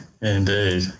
indeed